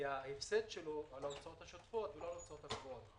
כי ההפסד הוא על ההוצאות השוטפות ולא על ההוצאות הקבועות.